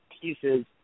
pieces